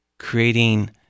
Creating